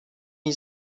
jej